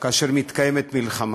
כאשר מתקיימת מלחמה.